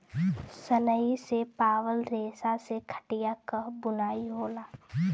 सनई से पावल रेसा से खटिया क बुनाई होला